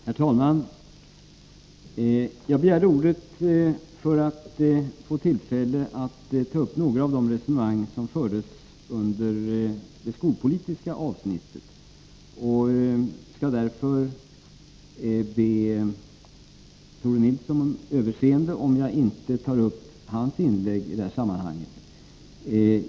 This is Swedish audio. Herr talman! Jag begärde ordet för att få tillfälle att ta upp några av de resonemang som fördes under det skolpolitiska avsnittet och skall därför be Tore Nilsson ha överseende om jag inte tar upp hans inlägg i det här sammanhanget.